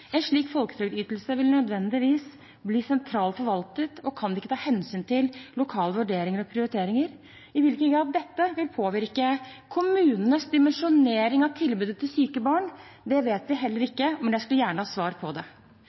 En slik folketrygdytelse vil nødvendigvis bli sentralt forvaltet og kan ikke ta hensyn til lokale vurderinger og prioriteringer. I hvilken grad dette vil påvirke kommunenes dimensjonering av tilbudet til syke barn, vet vi heller ikke, men jeg skulle gjerne hatt svar på det.